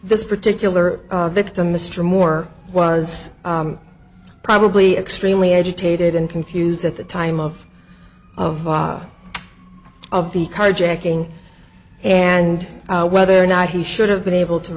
this particular victim mr moore was probably extremely agitated and confused at the time of of of the carjacking and whether or not he should have been able to